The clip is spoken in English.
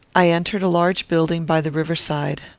i entered a large building by the river-side.